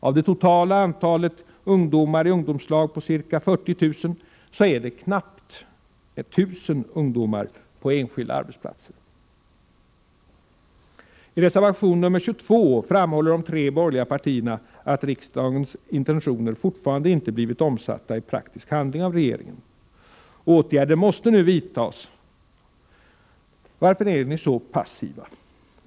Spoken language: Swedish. Av det totala antalet ungdomar i ungdomslag på ca 40 000 finns knappt 1 000 på enskilda arbetsplatser. I reservation 22 framhåller de tre borgerliga partierna att riksdagens intentioner fortfarande inte blivit omsatta i praktisk handling av regeringen. Åtgärder måste nu vidtas. Varför är ni så passiva?